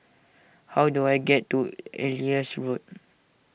how do I get to Elias Road